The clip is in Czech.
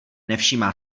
nevšímá